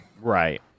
right